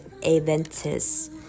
aventis